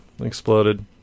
exploded